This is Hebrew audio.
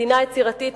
מדינה יצירתית,